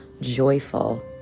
joyful